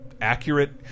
accurate